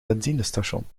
benzinestation